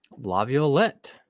Laviolette